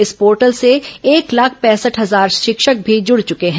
इस पोर्टल से एक लाख पैंसठ हजार शिक्षक भी जुड़ चुके हैं